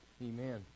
Amen